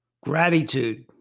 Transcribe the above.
Gratitude